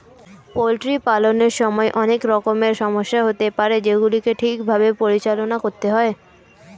poultry পালনের সময় অনেক রকমের সমস্যা হতে পারে যেগুলিকে ঠিক ভাবে পরিচালনা করতে হয়